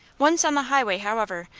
once on the highway, however,